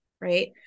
Right